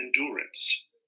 endurance